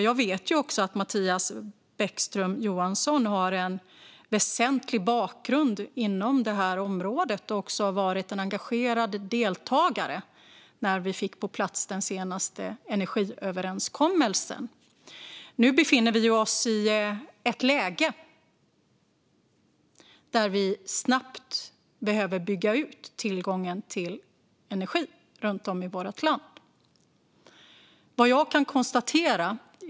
Jag vet också att Mattias Bäckström Johansson har en väsentlig bakgrund inom det här området och att han var en engagerad deltagare när vi fick den senaste energiöverenskommelsen på plats. Nu befinner vi oss i ett läge där vi snabbt behöver bygga ut tillgången till energi runt om i vårt land.